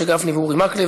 משה גפני ואורי מקלב,